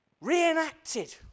reenacted